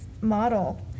model